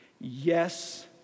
Yes